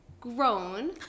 grown